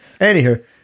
Anywho